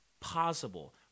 possible